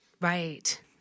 Right